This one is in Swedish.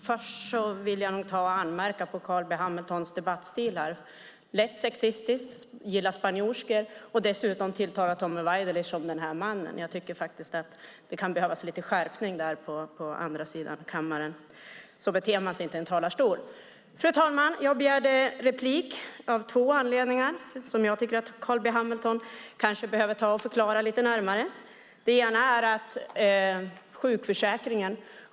Fru talman! Jag vill till att börja med anmärka på Carl B Hamiltons debattstil - lätt sexistisk, "gillar spanjorskor". Dessutom tilltalar han Tommy Waidelich som "den här mannen". Det behövs lite skärpning. Så beter man sig inte i en talarstol. Fru talman! Jag begärde replik med anledning av två saker som jag tycker att Carl B Hamilton skulle behöva förklara lite närmare. Den första gäller sjukförsäkringen.